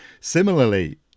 similarly